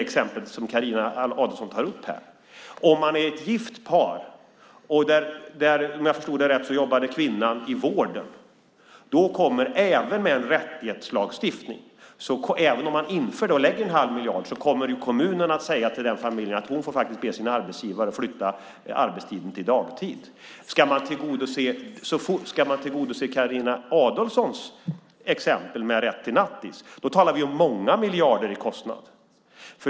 Om man är ett gift par och, om jag förstod det rätt, kvinnan jobbar i vården kommer även med en rättighetslagstiftning - om man inför det och lägger en halv miljard - kommunen att säga till den familjen att hon faktiskt får be sin arbetsgivare att flytta arbetstiden till dagtid. Ska man tillgodose Carina Adolfsson Elgestams exempel med rätt till nattis talar vi om många miljarder i kostnad.